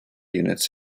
units